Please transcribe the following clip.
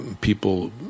people